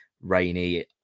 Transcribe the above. rainy